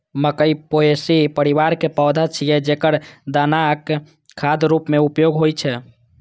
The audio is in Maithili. मकइ पोएसी परिवार के पौधा छियै, जेकर दानाक खाद्य रूप मे उपयोग होइ छै